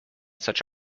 such